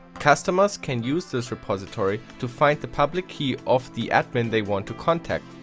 customers can use this repository to find the public key of the admin they want to contact,